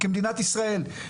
כמדינת ישראל,